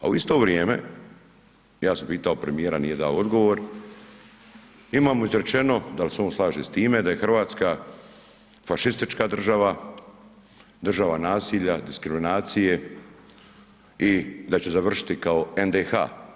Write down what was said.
A isto vrijeme, ja sam pitao premijera, nije dao odgovor, imamo izrečeno, da li se on slaže s time, da je Hrvatska fašistička država, država nasilja, diskriminacije i da će završiti kao NDH.